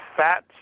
fat